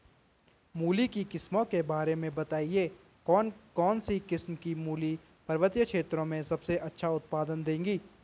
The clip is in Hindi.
मूली की किस्मों के बारे में बताइये कौन सी किस्म की मूली पर्वतीय क्षेत्रों में सबसे अच्छा उत्पादन देंगी?